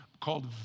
called